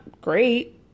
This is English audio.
great